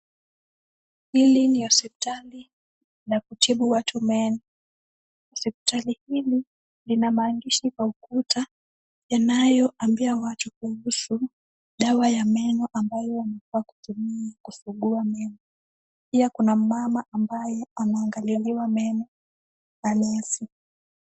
Hii ni hospitali ya kutibu watu meno. Hospitali hii ina maandishi kwa ukuta yanayoambia watu kuhusu dawa ya meno ambayo wanafaa kutumia kusugua meno. Pia kuna mama ambaye anaangaliwa meno na nesi.